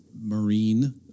marine